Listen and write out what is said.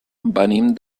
venim